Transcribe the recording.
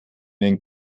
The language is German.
den